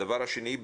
הדבר השני,